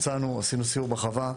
עשינו סיור בחווה,